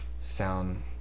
sound